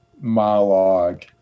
monologue